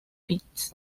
bits